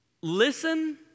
Listen